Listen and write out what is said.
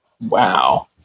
Wow